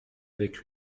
avec